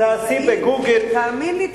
תאמין לי,